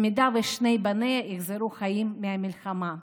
אם שני בניה יחזרו חיים מהמלחמה,